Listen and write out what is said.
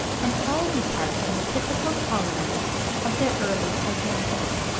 and all depart from the typical colouring of their early progenitor.